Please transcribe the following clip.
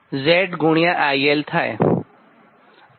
આ સમીકરણ 14 થશે